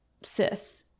Sith